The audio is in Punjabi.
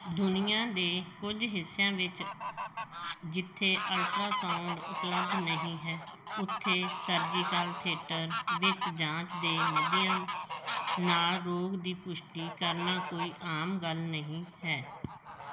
ਦੁਨੀਆ ਦੇ ਕੁਝ ਹਿੱਸਿਆਂ ਵਿੱਚ ਜਿੱਥੇ ਅਲਟਰਾਸਾਊਂਡ ਉਪਲੱਬਧ ਨਹੀਂ ਹੈ ਉੱਥੇ ਸਰਜੀਕਲ ਥੀਏਟਰ ਵਿੱਚ ਜਾਂਚ ਦੇ ਮਧਿਅਮ ਨਾਲ ਰੋਗ ਦੀ ਪੁਸ਼ਟੀ ਕਰਨਾ ਕੋਈ ਆਮ ਗੱਲ ਨਹੀਂ ਹੈ